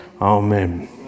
Amen